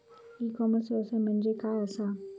E commerce व्यवसाय म्हणजे काय असा?